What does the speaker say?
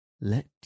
Let